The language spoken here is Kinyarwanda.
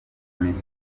miss